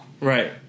Right